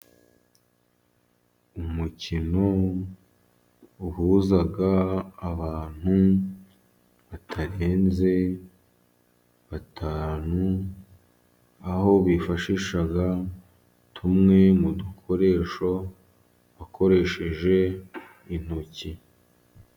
Umukino uhuza abantu batarenze batanu, aho bifashisha tumwe mu dukoresho bakoresheje intoki.